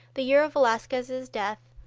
the year of velazquez's death,